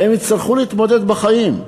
והן יצטרכו להתמודד בחיים,